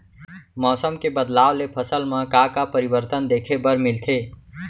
मौसम के बदलाव ले फसल मा का का परिवर्तन देखे बर मिलथे?